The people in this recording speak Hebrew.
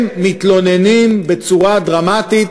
הם מתלוננים בצורה דרמטית